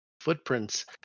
footprints